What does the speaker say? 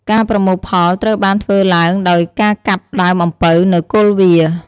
ការប្រមូលផលត្រូវបានធ្វើឡើងដោយការកាប់ដើមអំពៅនៅគល់វា។